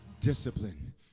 discipline